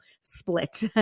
split